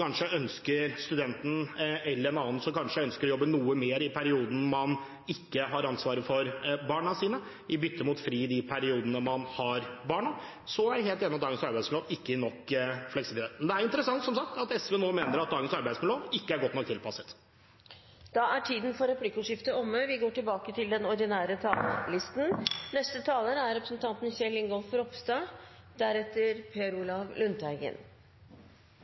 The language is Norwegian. kanskje ønsker å jobbe noe mer i perioden man ikke har ansvaret for barna sine i bytte mot fri i de periodene man har barna, er jeg helt enig i at dagens arbeidsmiljølov ikke gir nok fleksibilitet. Det er interessant, som sagt, at SV nå mener at dagens arbeidsmiljølov ikke er godt nok tilpasset. Replikkordskiftet er omme. Kristelig Folkeparti kjemper for et trygt, familievennlig og fleksibelt arbeidsliv. Vi